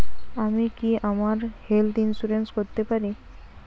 আমি কি আমার হেলথ ইন্সুরেন্স করতে পারি?